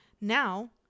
Now